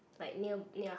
like near near a